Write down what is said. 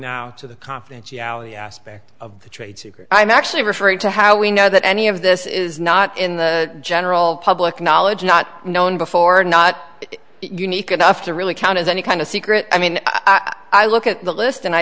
now to the confidentiality aspect of the trade secret i'm actually referring to how we know that any of this is not in the general public knowledge not known before not unique enough to really count as any kind of secret i mean i look at the list and i